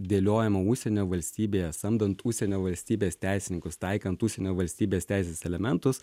dėliojama užsienio valstybėje samdant užsienio valstybės teisininkus taikant užsienio valstybės teisės elementus